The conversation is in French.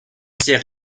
sait